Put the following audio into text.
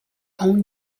own